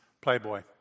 Playboy